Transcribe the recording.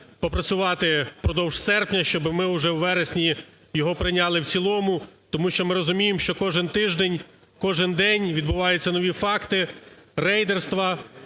попрацювати впродовж серпня, щоб ми уже в вересні його прийняли в цілому, тому що ми розуміємо, що кожен тиждень, кожен день відбуваються нові факти рейдерства